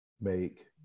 make